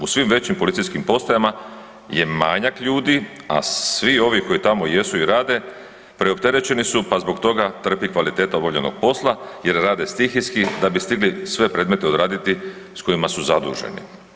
U svim većim policijskim postajama je manjak ljudi, a svi ovi koji tamo jesu i rade preopterećeni su, pa zbog toga trpi kvaliteta obavljenog posla jer rade stihijski da bi stigli sve predmete odraditi s kojima su zaduženi.